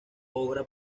obra